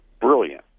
brilliant